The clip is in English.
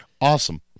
Awesome